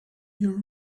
your